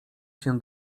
się